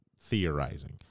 theorizing